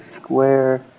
square